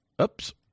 Oops